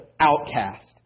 outcast